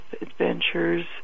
adventures